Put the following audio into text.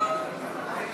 סעיף